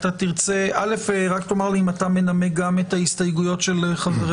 רק תאמר לי אם אתה מנמק גם את ההסתייגויות של חברנו,